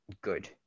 good